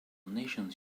nations